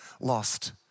lost